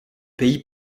pays